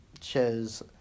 Shows